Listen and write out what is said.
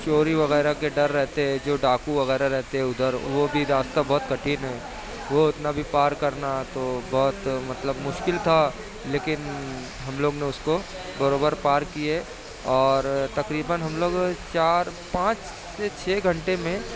چوری وغیرہ کے ڈر رہتے ہیں جو ڈاکو وغیرہ رہتے ہیں ادھر تو وہ بھی راستہ بہت کٹھن ہے وہ اتنا بھی پار کرنا تو بہت مطلب مشکل تھا لیکن ہم لوگ نے اس کو برابر پار کیے اور تقریباََ ہم لوگ چار پانچ سے چھ گھنٹے میں